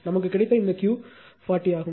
நமக்கு கிடைத்த இந்த Q 40 ஆகும்